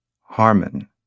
harmon